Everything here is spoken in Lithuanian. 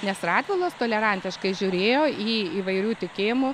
nes radvilas tolerantiškai žiūrėjo į įvairių tikėjimų